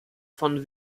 von